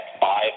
five